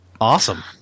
Awesome